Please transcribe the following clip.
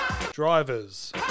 Drivers